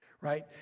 right